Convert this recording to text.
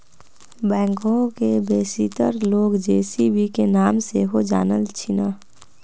backhoe के बेशीतर लोग जे.सी.बी के नाम से सेहो जानइ छिन्ह